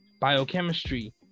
Biochemistry